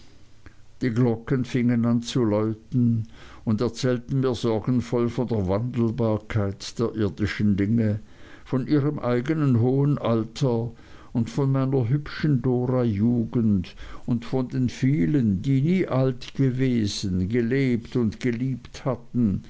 die glocken fingen an zu läuten und erzählten mir sorgenvoll von der wandelbarkeit der irdischen dinge von ihrem eignen hohen alter und von meiner hübschen dora jugend und von den vielen die nie alt gewesen gelebt und geliebt hatten